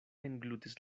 englutis